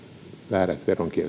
väärät veronkiertämispyrkimykset